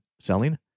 selling